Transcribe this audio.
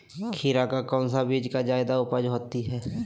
खीरा का कौन सी बीज का जयादा उपज होती है?